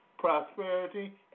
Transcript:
Prosperity